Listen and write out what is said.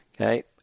okay